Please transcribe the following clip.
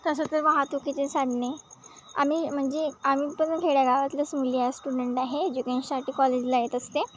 तसं तर वाहतुकीचे साधने आम्ही म्हणजे आम्ही पण खेड्यागावातल्याच मुली या स्टुडंट आहे एज्युकेशनसाठी कॉलेजला येत असते